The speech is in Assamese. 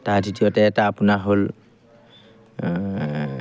তাৰ দ্বিতীয়তে এটা আপোনাৰ হ'ল